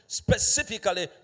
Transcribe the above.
specifically